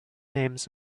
names